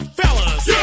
fellas